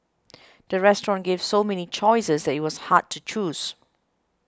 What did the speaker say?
the restaurant gave so many choices that it was hard to choose